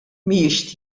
mhijiex